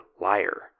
liar